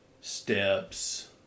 steps